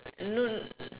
no